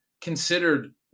considered